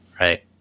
right